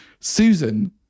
Susan